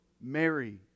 Mary